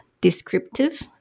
descriptive